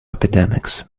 epidemics